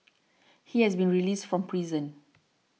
he has been released from prison